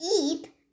eat